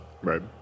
right